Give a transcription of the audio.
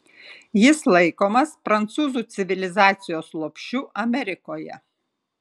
jis laikomas prancūzų civilizacijos lopšiu amerikoje